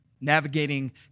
navigating